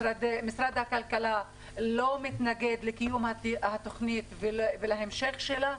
משרד הכלכלה לא מתנגד לקיום התכנית ולהמשך שלה,